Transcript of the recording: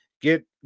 Get